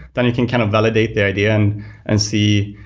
then you can kind of validate their idea and and see,